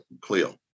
Cleo